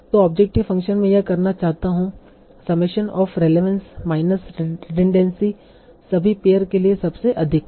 तो objective function मैं यह करना चाहता हूं summation of relevance minus redundancy सभी पेअर के लिए सबसे अधिक हो